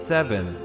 Seven